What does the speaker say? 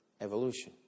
evolution